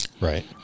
Right